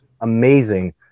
amazing